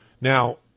Now